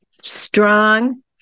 strong